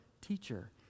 teacher